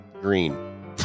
green